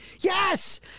Yes